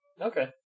Okay